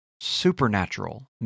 supernatural